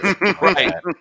Right